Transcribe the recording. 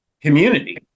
community